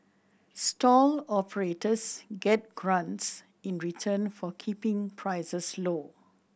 stall operators get grants in return for keeping prices low